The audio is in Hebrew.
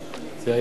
זה היה היום.